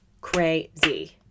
crazy